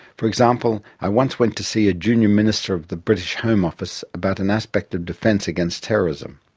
for example, i once went to see a junior minister of the british home office about an aspect of defence against terrorism.